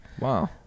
Wow